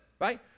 right